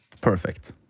Perfect